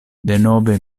denove